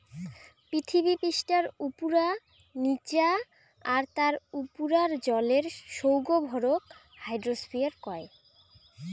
পিথীবি পিষ্ঠার উপুরা, নিচা আর তার উপুরার জলের সৌগ ভরক হাইড্রোস্ফিয়ার কয়